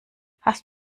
hast